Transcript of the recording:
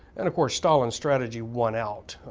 and of course, stalin's strategy won out.